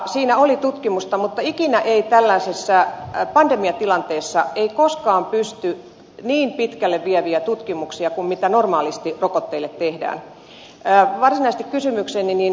siinä oli tutkimusta mutta ikinä ei tällaisessa pandemiatilanteessa pystytä tekemään niin pitkälle vieviä tutkimuksia kuin mitä normaalisti rokotteille tehdään